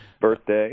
Birthday